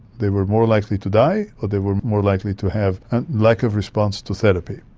they were more likely to die or they were more likely to have a lack of response to therapy.